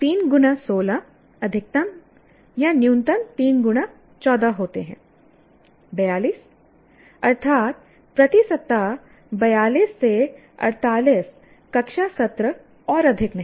3 गुणा 16 अधिकतम या न्यूनतम 3 गुणा 14 होते हैं 42अर्थात प्रति सप्ताह 42 से 48 कक्षा सत्र और अधिक नहीं